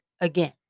again